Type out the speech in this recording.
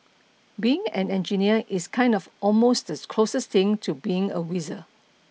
being an engineer is kinda almost the closest thing to being a wizard